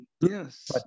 Yes